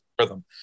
rhythm